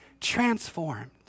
transformed